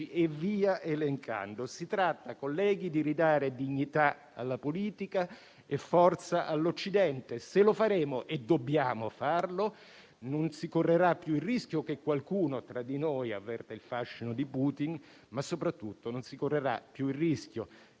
e via elencando. Si tratta, colleghi, di ridare dignità alla politica e forza all'Occidente. Se lo faremo - e dobbiamo farlo - non si correrà più il rischio che qualcuno tra di noi avverta il fascino di Putin, ma soprattutto non si correrà più il rischio